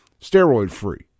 Steroid-free